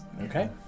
Okay